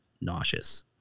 nauseous